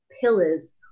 pillars